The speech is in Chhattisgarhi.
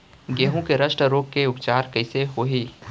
गेहूँ के रस्ट रोग के उपचार कइसे होही?